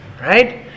Right